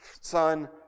Son